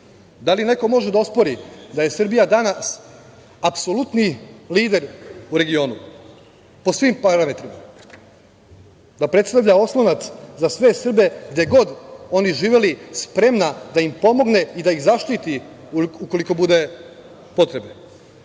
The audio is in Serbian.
li neko može da ospori da je Srbija danas apsolutni lider u regionu po svim parametrima, da predstavlja oslonac za sve Srbe gde god oni živeli, spremna da im pomogne i da ih zaštiti ukoliko bude potrebe? Da